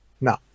No